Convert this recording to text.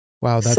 Wow